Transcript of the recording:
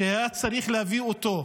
שהיה צריך להביא אותו,